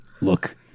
Look